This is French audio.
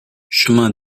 chemin